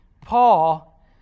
Paul